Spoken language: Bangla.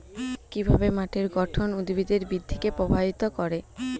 কিভাবে মাটির গঠন উদ্ভিদের বৃদ্ধিকে প্রভাবিত করে?